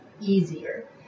easier